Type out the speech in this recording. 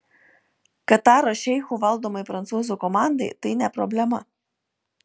kataro šeichų valdomai prancūzų komandai tai ne problema